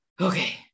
Okay